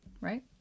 right